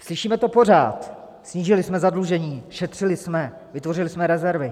Slyšíme to pořád snížili jsme zadlužení, šetřili jsme, vytvořili jsme rezervy.